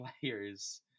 players